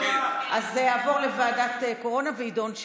בכל ויכוח שיהיה זה יעבור לוועדת הכנסת.